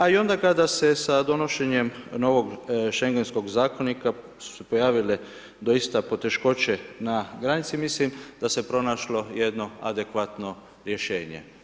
A i onda kada se sa donošenjem novog schengenskog zakonika su se pojavile doista poteškoće na granici, mislim da se pronašlo jedno adekvatno rješenje.